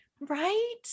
Right